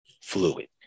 fluid